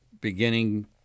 beginning